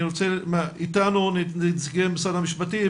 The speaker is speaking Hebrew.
איתנו נציגי משרד השפטים,